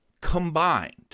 combined